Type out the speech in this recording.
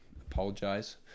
apologize